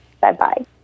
Bye-bye